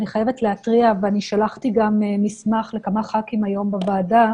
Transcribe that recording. אני חייבת להתריע ואני שלחתי גם מסמך לכמה ח"כים היום בוועדה